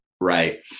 Right